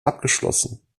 abgeschlossen